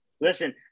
Listen